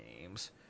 games